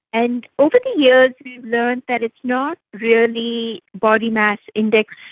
and over the years we've learned that it's not really body-mass index,